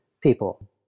people